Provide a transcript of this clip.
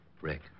Rick